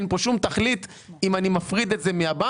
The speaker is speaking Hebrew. אין כאן שום תכלית אם אני מפריד את זה מהבנק